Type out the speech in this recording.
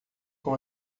com